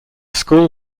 school